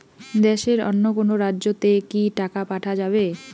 দেশের অন্য কোনো রাজ্য তে কি টাকা পাঠা যাবে?